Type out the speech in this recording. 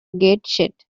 gateshead